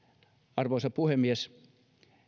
arvoisa puhemies